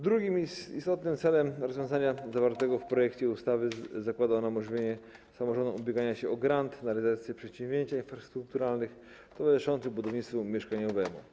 Drugim istotnym celem rozwiązania zawartego w projekcie ustawy jest umożliwienie samorządom ubiegania się o grant na realizację przedsięwzięć infrastrukturalnych towarzyszących budownictwu mieszkaniowemu.